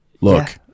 look